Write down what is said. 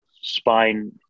spine